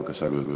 בבקשה, גברתי.